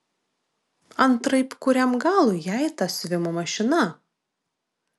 antraip kuriam galui jai ta siuvimo mašina